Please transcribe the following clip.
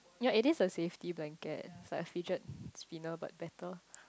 ya it is a safety blanket it's like the fidget spinner but better